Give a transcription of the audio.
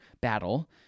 battle